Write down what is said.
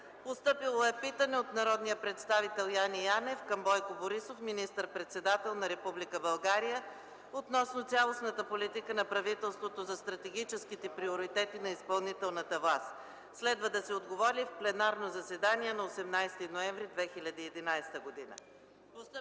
ноември 2011 г. от: - народния представител Яне Янев към Бойко Борисов – министър-председател на Република България, относно цялостната политика на правителството за стратегическите приоритети на изпълнителната власт. Следва да се отговори в пленарното заседание на 18 ноември 2011 г.;